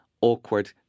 awkward